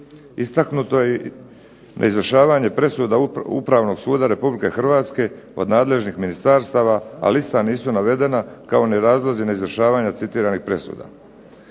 Istaknuto je neizvršavanje presuda Upravnog suda Republike Hrvatske od nadležnih ministarstava, ali ista nisu navedena kao ni razlozi na izvršavanje citiranih presuda.